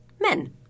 men